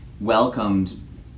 welcomed